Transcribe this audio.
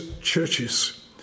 churches